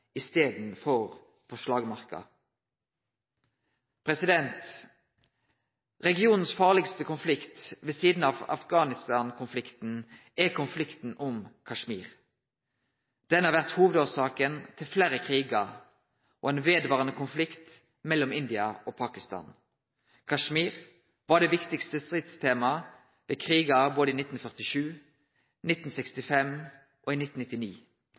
i staden for på slagmarka. Den farlegaste konflikten i regionen ved sida av Afghanistan-konflikten er konflikten om Kashmir. Han har vore hovudårsaka til fleire krigar og ein vedvarande konflikt mellom India og Pakistan. Kashmir var det viktigaste stridstemaet ved krigar både i 1947, 1965 og i 1999.